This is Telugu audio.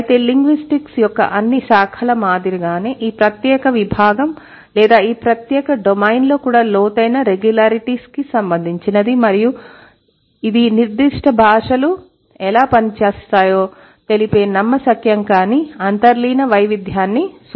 అయితే లింగ్విస్టిక్స్ యొక్క అన్ని శాఖల మాదిరిగానే ఈ ప్రత్యేక విభాగం లేదా ఈ ప్రత్యేక డొమైన్ కూడా లోతైన రెగ్యులారిటీస్ కి సంబంధించినది మరియు ఇది నిర్దిష్ట భాషలు ఎలా పనిచేస్తాయో తెలిపే నమ్మశక్యంకాని అంతర్లీన వైవిధ్యాన్ని సూచిస్తుంది